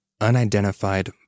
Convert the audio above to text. unidentified